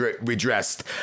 redressed